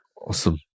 Awesome